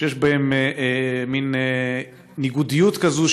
שיש בהם מין ניגודיות כזאת,